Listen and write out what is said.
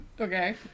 Okay